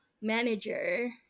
manager